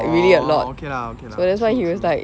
oh okay lah okay lah true true